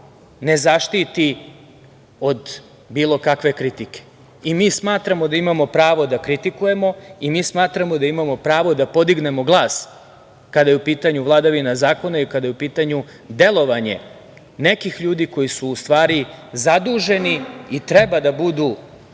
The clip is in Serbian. ne zaštiti od bilo kakve kritike. I mi smatramo da imamo pravo da kritikujemo i mi smatramo da imamo pravo da podignemo glas kada je u pitanju vladavina zakona i kada je u pitanju delovanje nekih ljudi koji su u stvari zaduženi i treba da budu